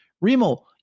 Remo